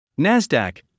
Nasdaq